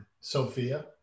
Sophia